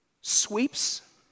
sweeps